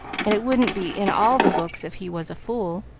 and it wouldn't be in all the books if he was a fool.